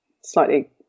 slightly